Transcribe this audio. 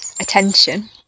attention